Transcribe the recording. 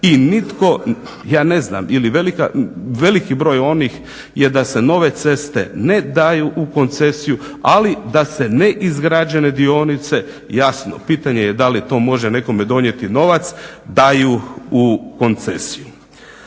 i nitko, ja ne znam, ili veliki broj onih da se nove ceste ne daju u koncesiju, ali da se neizgrađene dionice, jasno pitanje je da li to može nekome donijeti novac, daju u koncesiju.